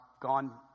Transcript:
gone